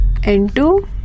n2